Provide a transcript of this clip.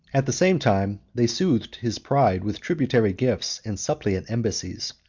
at the same time, they soothed his pride with tributary gifts and suppliant embassies,